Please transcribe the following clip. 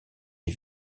les